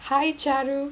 hi charu